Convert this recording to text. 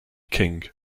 king